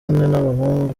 n’abahungu